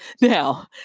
Now